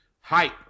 Hype